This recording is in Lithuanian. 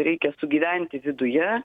reikia sugyventi viduje